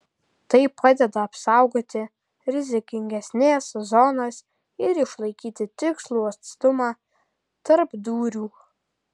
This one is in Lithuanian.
tai padeda apsaugoti rizikingesnes zonas ir išlaikyti tikslų atstumą tarp dūrių